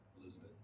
Elizabeth